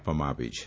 આપવામાં આવી છે